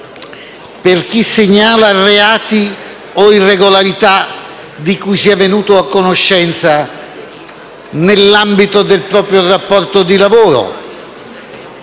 per chi segnala reati o irregolarità di cui sia venuto a conoscenza nell'ambito del proprio rapporto di lavoro?